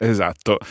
Esatto